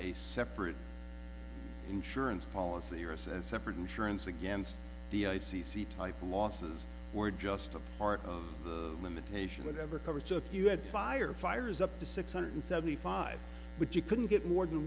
a separate insurance policy or said separate insurance against the c c type losses were just a part of the limitation whatever cover so if you had firefighters up to six hundred seventy five but you couldn't get more than